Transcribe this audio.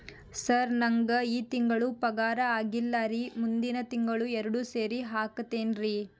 sir ನಂಗ ಈ ತಿಂಗಳು ಪಗಾರ ಆಗಿಲ್ಲಾರಿ ಮುಂದಿನ ತಿಂಗಳು ಎರಡು ಸೇರಿ ಹಾಕತೇನ್ರಿ